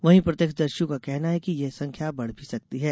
वहीं प्रत्यक्षदर्शियों का कहना है कि यह संख्या बढ़ भी सकती है